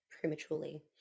prematurely